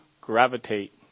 gravitate